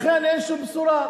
לכן אין שום בשורה.